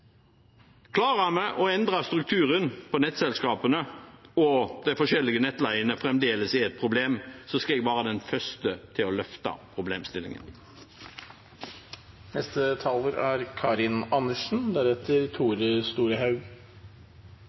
å endre strukturen på nettselskapene og forskjellene i nettleien fremdeles er et problem, skal jeg være den første til å løfte problemstillingen. Grunnen til at vi har tatt opp dette representantforslaget, er